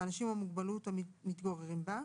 והאנשים עם מוגבלות המתגוררים בה,